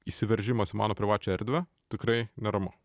įsiveržimas į mano privačią erdvę tikrai neramu